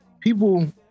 people